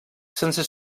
sense